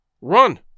Run